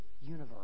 universe